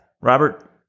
Robert